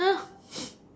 ya